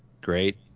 great